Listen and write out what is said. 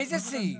באיזה סעיף?